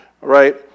right